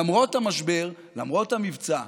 למרות המשבר, למרות המבצע,